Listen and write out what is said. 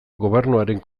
gobernuaren